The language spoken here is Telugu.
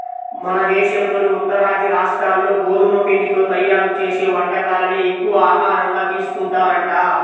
మన దేశంలోని ఉత్తరాది రాష్ట్రాల్లో గోధుమ పిండితో తయ్యారు చేసే వంటకాలనే ఎక్కువగా ఆహారంగా తీసుకుంటారంట